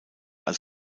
als